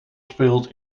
speelt